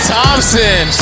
Thompson